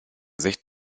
sicht